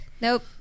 Nope